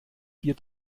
vier